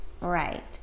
Right